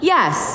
Yes